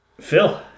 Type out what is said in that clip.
Phil